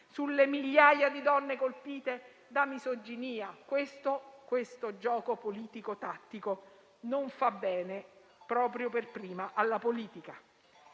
sulle migliaia di donne colpite da misoginia. Questo gioco politico tattico non fa bene alla politica